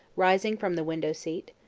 rising from the window-seat.